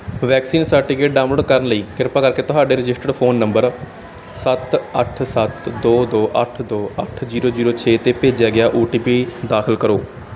vaccine certificate download ਕਰਨ ਲਈ ਕਿਰਪਾ ਕਰਕੇ ਤੁਹਾਡੇ ਰਜਿਸਟਰਡ ਫ਼ੋਨ ਨੰਬਰ ਸੱਤ ਅੱਠ ਸੱਤ ਦੋ ਦੋ ਅੱਠ ਦੋ ਅੱਠ ਜ਼ੀਰੋ ਜ਼ੀਰੋ ਛੇ 'ਤੇ ਭੇਜਿਆ ਗਿਆ ਓ ਟੀ ਪੀ ਦਾਖਲ ਕਰੋ